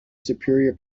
superior